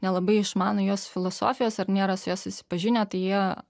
nelabai išmano jos filosofijos ar nėra su ja susipažinę tai jie